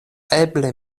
eble